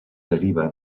deriva